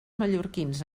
mallorquins